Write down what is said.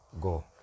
go